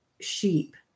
sheep